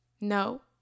no